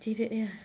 jaded ya